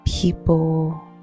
people